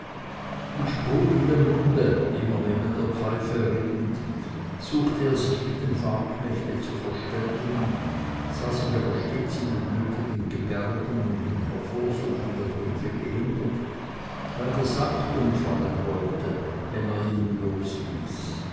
mit sprudelndem munde immer neben der pfeife redend suchte er sich mit dem fahrknechte zu verständigen sah sich aber stets in den nötigen gebärden und im hervorsuchen der briefe gehindert weil der sack umfallen wollte wenn er ihn losließ